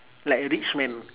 like a rich man